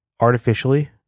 Artificially